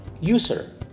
user